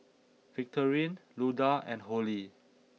Victorine Luda and Holly